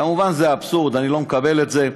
כמובן זה אבסורד, אני לא מקבל את זה.